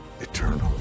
Eternal